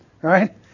right